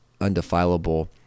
undefilable